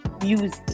music